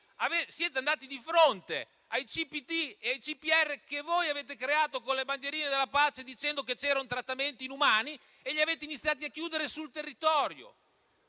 siete andati di fronte ai CPT e ai CPR, che voi avevate creato, con le bandierine della pace, dicendo che lì c'erano trattamenti inumani e avete iniziato a chiuderli sul territorio.